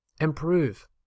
improve